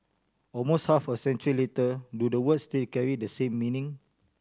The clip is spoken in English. almost half a century later do the words still carry the same meaning